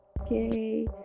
okay